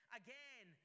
again